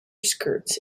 skirts